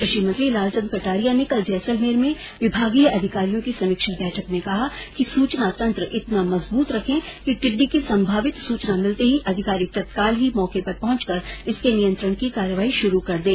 कृषि मंत्री लालचन्द कटारिया ने कल जैसलमेर में विभागीय अधिकारियो की समीक्षा बैठक में कहा कि सूचना तंत्र इतना मजबूत रखे कि टिड्डी की संभावित सूचना मिलते ही अधिकारी तत्काल ही मौके पर पहुंचकर इसके नियंत्रण की कार्यवाही शुरू कर दें